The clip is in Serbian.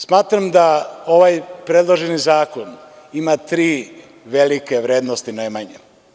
Smatram da ovaj predloženi zakon ima tri velike vrednosti nemanja.